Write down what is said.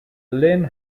lynn